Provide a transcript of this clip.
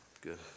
good